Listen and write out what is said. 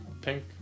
Pink